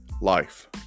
life